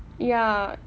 ya